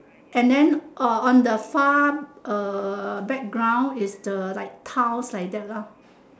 and then uh on the far uh background it's the like tiles like that lah